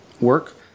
work